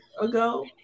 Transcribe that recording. ago